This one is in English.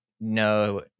no